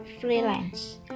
freelance